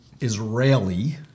israeli